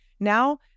Now